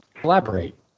collaborate